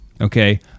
okay